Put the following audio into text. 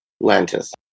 Lantis